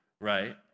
right